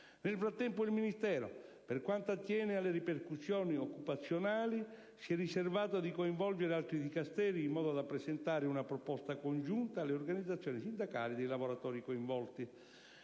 Nel frattempo, il Ministero, per quanto attiene alle ripercussioni occupazionali, si è riservato di coinvolgere altri Dicasteri in modo da presentare una proposta congiunta alle organizzazioni sindacali dei lavoratori coinvolti.